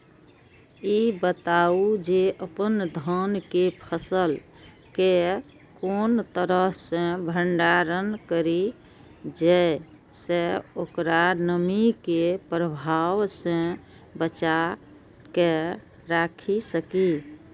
ई बताऊ जे अपन धान के फसल केय कोन तरह सं भंडारण करि जेय सं ओकरा नमी के प्रभाव सं बचा कय राखि सकी?